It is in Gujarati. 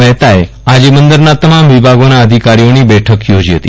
મહેતાએ આજે બંદરના તમામ વિભાગોના અધિકારીઓની બેઠક યોજી હતી